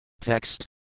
Text